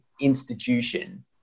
institution